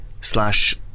slash